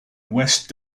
west